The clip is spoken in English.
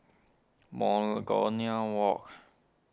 Monagonia Walk